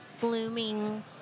blooming